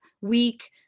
week